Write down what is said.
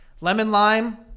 Lemon-lime